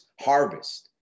harvest